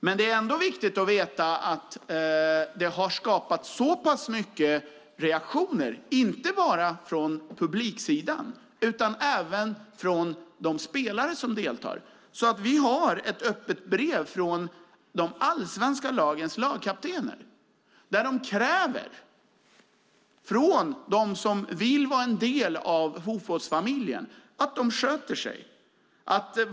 Men det har ändå skapat så mycket reaktioner, inte bara från publiksidan utan även från de spelare som deltar, att vi har fått ett öppet brev från de allsvenska lagens lagkaptener där de kräver från dem som vill vara en del av fotbollsfamiljen att de sköter sig.